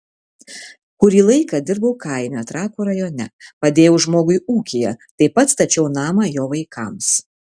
kurį laiką dirbau kaime trakų rajone padėjau žmogui ūkyje taip pat stačiau namą jo vaikams